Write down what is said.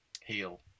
heal